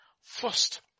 First